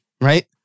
right